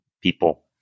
people